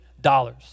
dollars